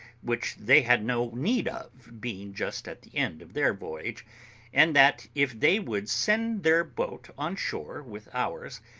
which they had no need of, being just at the end of their voyage and that, if they would send their boat on shore with ours,